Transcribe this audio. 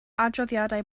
adroddiadau